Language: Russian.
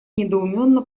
недоуменно